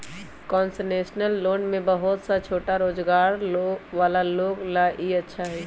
concessional loan में बहुत सा छोटा रोजगार वाला लोग ला ई अच्छा हई